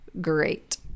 great